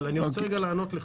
אבל אני רוצה לענות לך.